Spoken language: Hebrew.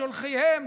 שולחיהם,